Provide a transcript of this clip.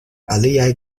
aliaj